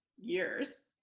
years